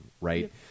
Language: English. right